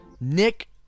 Nick